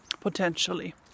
potentially